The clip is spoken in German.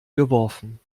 geworfen